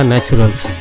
Naturals